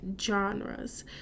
genres